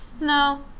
No